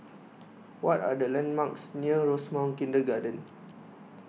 What Are The landmarks near Rosemount Kindergarten